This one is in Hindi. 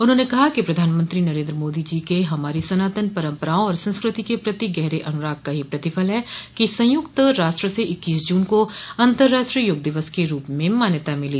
उन्होंने कहा कि प्रधानमंत्री नरेन्द्र मोदी जी के हमारी सनातन परम्पराओं व संस्कृति के प्रति गहरे अनुराग का ही प्रतिफल है कि संयुक्त राष्ट्र से इक्कीस जून को अन्तर्राष्ट्रीय योग दिवस के रूप में मान्यता मिली